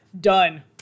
Done